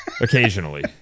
Occasionally